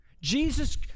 Jesus